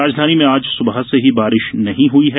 राजधानी में आज सुबह से ही बारिश नहीं हुई है